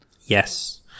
Yes